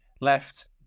left